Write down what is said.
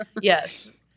Yes